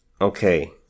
Okay